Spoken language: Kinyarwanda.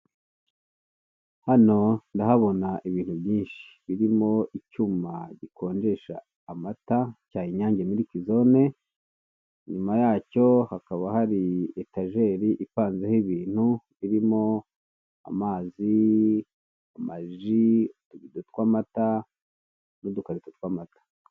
Hano ndahabona ibintu byinshi, birimo icyuma gikonjesha amata, cya Inyange Miliki Zone, inyuma yacyo hakaba hari etajeri ipanzeho ibintu, birimo amazi, amaji, utubido tw'amata, n'udukarito tw'amata.